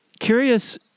curious